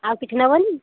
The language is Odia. ଆଉ କିଛି ନବନି